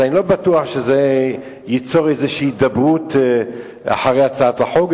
אז אני לא בטוח שזה ייצור איזו הידברות אחרי הצעת החוק.